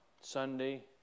Sunday